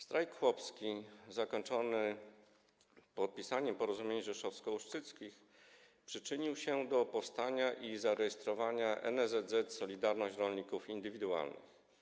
Strajk chłopski zakończony podpisaniem porozumień rzeszowsko-ustrzyckich przyczynił się do powstania i zarejestrowania NSZZ „Solidarność” Rolników Indywidualnych.